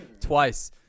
Twice